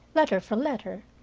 letter for letter,